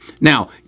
Now